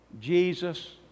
Jesus